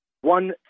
one